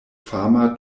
fama